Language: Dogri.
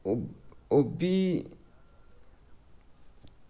ओह्बी